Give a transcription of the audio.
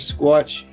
Squatch